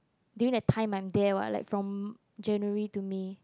during the time Monday I like from January to May